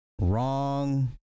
wrong